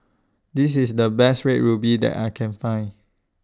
This IS The Best Red Ruby that I Can Find